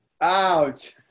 Ouch